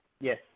Yes